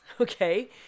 okay